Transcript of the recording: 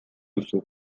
duzu